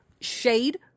shade